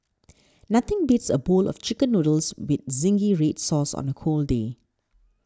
nothing beats a bowl of Chicken Noodles with Zingy Red Sauce on a cold day